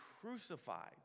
crucified